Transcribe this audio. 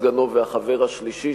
סגנו והחבר השלישי,